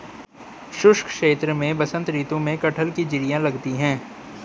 शुष्क क्षेत्र में बसंत ऋतु में कटहल की जिरीयां लगती है